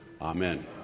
Amen